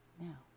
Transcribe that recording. now